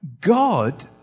God